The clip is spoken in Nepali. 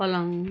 पलङ